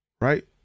Right